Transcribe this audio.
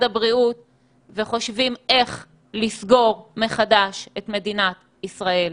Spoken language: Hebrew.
הבריאות וחושבים איך לסגור מחדש את מדינת ישראל,